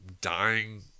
Dying